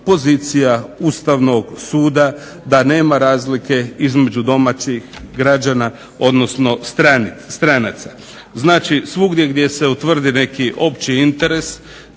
pozicija Ustavnog suda da nema razlike između domaćih građana odnosno stranaca. Znači svugdje gdje se utvrde neki opći interes